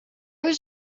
was